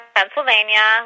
Pennsylvania